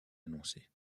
annoncés